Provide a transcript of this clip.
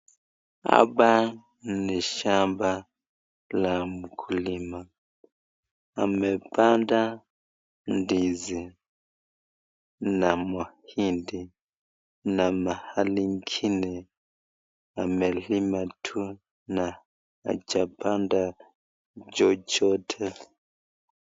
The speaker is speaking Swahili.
Hapa ni shamba la mkulima amepanda ndizi na mahindi na mahali ingine amelima tu na hajapanda chochote.